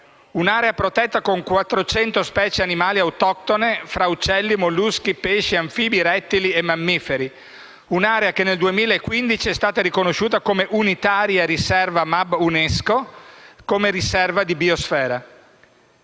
un'area protetta con 400 specie animali autoctone fra uccelli, molluschi, pesci, anfibi, rettili e mammiferi, che nel 2015 è stata riconosciuta come unitaria riserva di biosfera